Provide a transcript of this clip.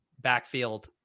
backfield